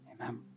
Amen